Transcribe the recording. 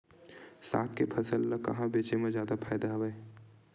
साग के फसल ल कहां बेचे म जादा फ़ायदा हवय?